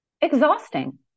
Exhausting